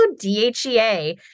DHEA